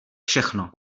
všechno